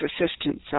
assistance